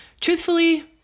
Truthfully